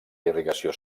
irrigació